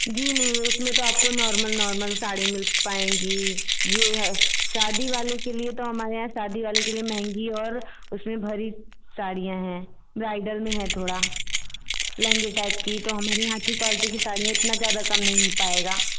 जी नहीं उसमें तो आपको नॉर्मल नॉर्मल साड़ी मिल पाएँगी यह है शादी वाले के लिए तो हमारे यहाँ शादी वाले के लिए महंगी और उसमें भरी साड़ियाँ हैं ब्राइडल में हैं थोड़ा लहंगे टाइप की तो हमारे यहाँ की क्वालटी की साड़ियाँ इतना ज़्यादा कम नहीं हो पाएगा